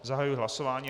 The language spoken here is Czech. Zahajuji hlasování.